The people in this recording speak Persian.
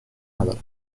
نداره